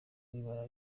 w’ibara